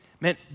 Man